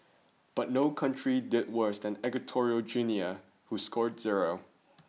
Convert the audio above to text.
but no country did worse than Equatorial Guinea whose scored zero